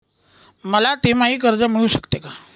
मला तिमाही कर्ज मिळू शकते का?